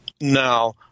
now